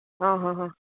હં હં હં